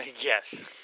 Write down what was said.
Yes